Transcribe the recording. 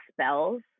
spells